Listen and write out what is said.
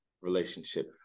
relationship